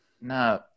no